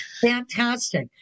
Fantastic